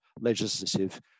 legislative